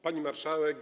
Pani Marszałek!